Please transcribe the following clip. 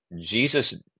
Jesus